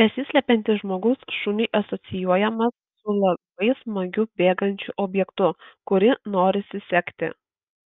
besislepiantis žmogus šuniui asocijuojamas su labai smagiu bėgančiu objektu kurį norisi sekti